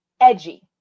edgy